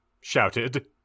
Shouted